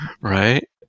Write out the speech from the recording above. right